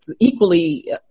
equally